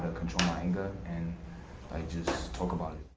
control my anger i just talk about it.